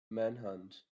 manhunt